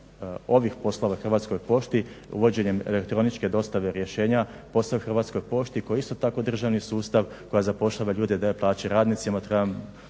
ovih poslova Hrvatskoj pošti uvođenjem elektroničke dostave rješenja, posao Hrvatskoj pošti koji je isto tako državni sustav koja zapošljava ljude, daje plaće radnicima.